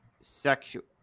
sexual